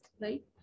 right